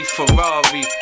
Ferrari